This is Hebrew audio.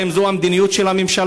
האם זו המדיניות של הממשלה?